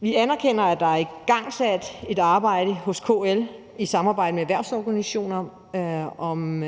Vi anerkender, at der er igangsat et arbejde hos KL i samarbejde med erhvervsorganisationer om